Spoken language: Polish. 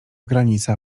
granica